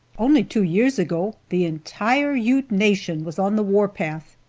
only two years ago the entire ute nation was on the warpath,